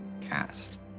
cast